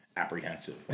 Apprehensive